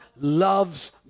loves